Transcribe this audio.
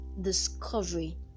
discovery